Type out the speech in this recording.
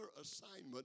assignment